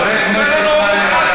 חברי הכנסת,